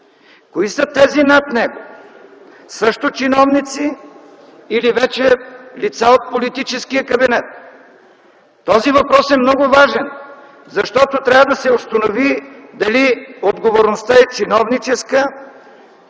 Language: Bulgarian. Кои са тези над него – също чиновници или вече лица от политическия кабинет? Този въпрос е много важен, защото трябва да се установи дали отговорността е чиновническа